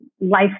life